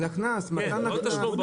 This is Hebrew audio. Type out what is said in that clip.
על הקנס, מתן הקנס.